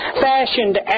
fashioned